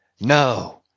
No